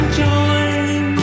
join